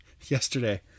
yesterday